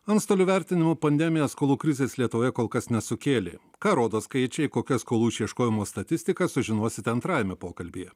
antstolių vertinimu pandemija skolų krizės lietuvoje kol kas nesukėlė ką rodo skaičiai kokia skolų išieškojimo statistika sužinosit antrajame pokalbyje